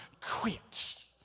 quit